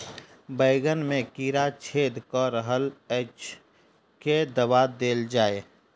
बैंगन मे कीड़ा छेद कऽ रहल एछ केँ दवा देल जाएँ?